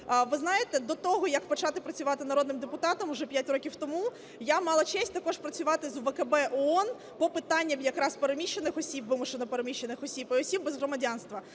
Ви знаєте, до того, як почати працювати народним депутатом уже 5 років тому, я мала честь також працювати з УВКБ ООН по питаннях якраз переміщених осіб, вимушено переміщених осіб, і осіб без громадянства.